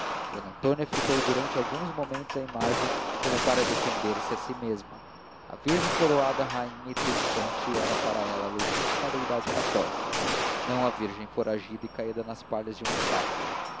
d antônia fitou durante alguns momentos a imagem como para defender-se a si mesma a virgem coroada rainha e triunfante era para ela a legítima deidade católica não a virgem foragida e caída nas palhas de um estábulo